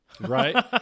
right